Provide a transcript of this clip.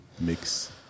mix